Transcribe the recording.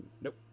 Nope